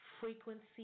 frequency